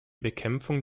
bekämpfung